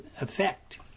effect